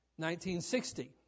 1960